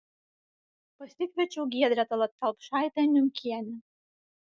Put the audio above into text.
pasikviečiau giedrę tallat kelpšaitę niunkienę